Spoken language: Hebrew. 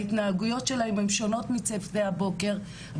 ההתנהגויות שלהם הן שונות מצוותי הבוקר.